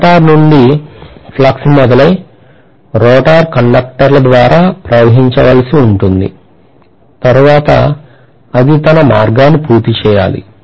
stator నుండి flux మొదలై rotor కండక్టర్ల ద్వారా ప్రవహించవలసి ఉంటుంది తరువాత అది తన మార్గాన్ని పూర్తి చేయాలి